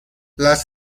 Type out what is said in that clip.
las